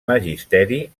magisteri